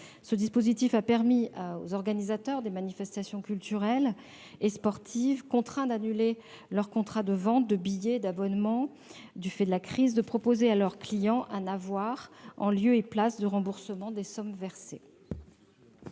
Ce dispositif a permis aux organisateurs de manifestations culturelles et sportives contraints d'annuler leurs contrats de vente de billets et d'abonnements du fait de la crise de proposer à leurs clients un avoir en lieu et place du remboursement des sommes versées.